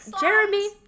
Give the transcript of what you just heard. Jeremy